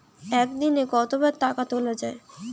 একদিনে কতবার টাকা তোলা য়ায়?